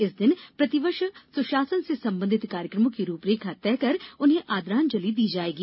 इस दिन प्रतिवर्ष सुशासन से संबंधित कार्यक्रमों की रूपरेखा तय कर उन्हें आदरांजलि दी जाएगी